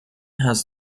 has